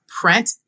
print